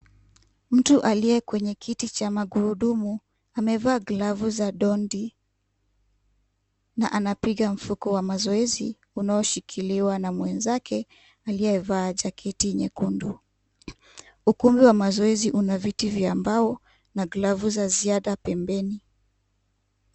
Mtu aliye kwenye kiti cha magurudumu amevaa glavu za dondi na anapiga mfuko wa mazoezi unaoshikiliwa na mwenzake aliyevaa jaketi nyekundu. Ukumbi wa mazoezi una viti vya mbao na glavu za ziada pembeni.